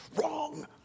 wrong